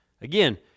Again